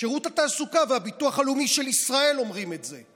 שירות התעסוקה והביטוח הלאומי של ישראל אומרים את זה.